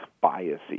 biases